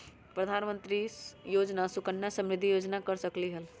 प्रधानमंत्री योजना सुकन्या समृद्धि योजना कर सकलीहल?